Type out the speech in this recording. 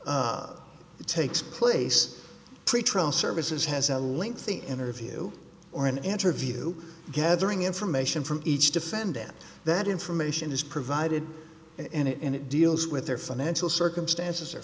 set it takes place pretrial services has a lengthy interview or an interview gathering information from each defendant that information is provided and it deals with their financial circumstances